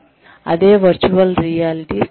అదే virtual reality శిక్షణ